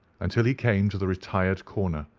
until he came to the retired corner,